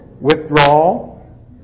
withdrawal